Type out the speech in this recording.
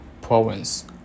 province